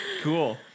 Cool